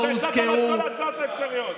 אתה הצעת לו את כל ההצעות האפשריות.